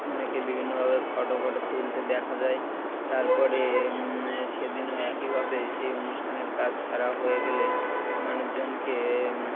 অনেকে বিভিন্নভাবে photo photo তুলতে দেখা যায় তারপরে সেদিনও একইভাবে সেই অনুষ্ঠানের কাজ সারা হয়ে গেলে মানুষজনকে